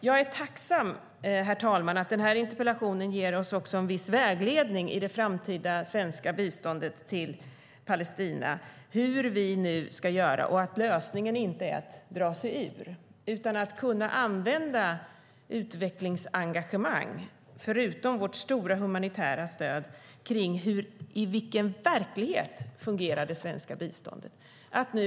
Jag är tacksam, herr talman, för att den här interpellationen också ger oss en viss vägledning i det framtida svenska biståndet till Palestina, hur vi ska göra nu och att lösningen inte är att dra sig ur utan att kunna använda utvecklingsengagemang, förutom vårt stora humanitära stöd, för att se i vilken verklighet det svenska biståndet ska fungera.